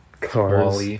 Cars